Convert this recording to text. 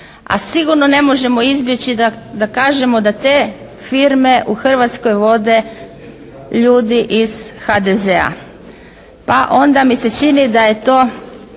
a sigurno ne možemo izbjeći da kažemo da te firme u Hrvatskoj vode ljudi iz HDZ-a. Pa onda mi se čini da je to